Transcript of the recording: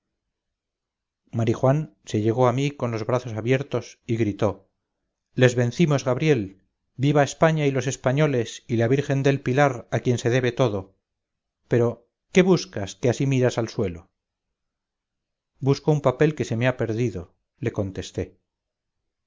marijuán se llegó a mí con los brazos abiertos y gritó les vencimos gabriel viva españa y los españoles y la virgen del pilar a quien se debe todo pero qué buscas que así miras al suelo busco un papel que se me ha perdido le contesté